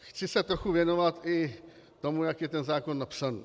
Chci se trochu věnovat i tomu, jak je ten zákon napsaný.